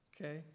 Okay